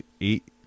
eight